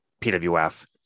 PWF